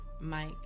Mike